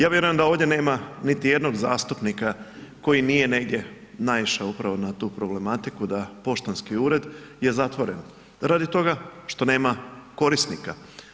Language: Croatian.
Ja vjerujem da ovdje nema niti jednog zastupnika koji nije negdje naišao upravo na tu problematiku da poštanski ured je zatvoren radi toga što nema korisnika.